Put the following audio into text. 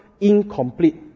incomplete